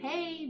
Hey